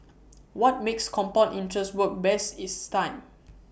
what makes compound interest work best is time